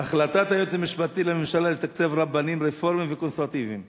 החלטת היועץ המשפטי לממשלה לתקצב רבנים רפורמים וקונסרבטיבים,